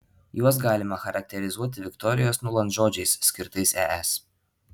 juos galima charakterizuoti viktorijos nuland žodžiais skirtais es